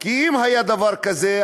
כי אם היה דבר כזה,